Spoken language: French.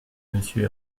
monsieur